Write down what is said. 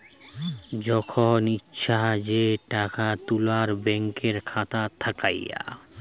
যখল ইছা যে টাকা তুলে ব্যাংকের খাতা থ্যাইকে